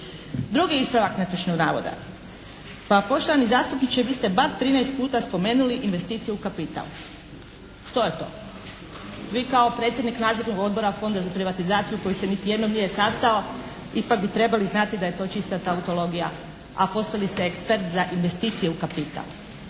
Drugi ispravak netočnog navoda. Pa poštovani zastupniče vi ste bar 13 puta spomenuli investicije u kapital. Što je to? Vi kao predsjednik Nadzornog odbora Fonda za privatizaciju koji se niti jednom nije sastao ipak bi trebali znati da je to čista tautologija, a postali ste ekspert za investicije u kapital.